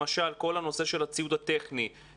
למשל כל הנושא של הציוד הטכני,